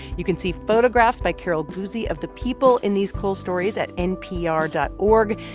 you can see photographs by carol guzy of the people in these coal stories at npr dot org.